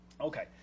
Okay